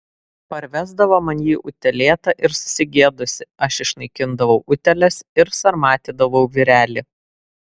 parvesdavo man jį utėlėtą ir susigėdusį aš išnaikindavau utėles ir sarmatydavau vyrelį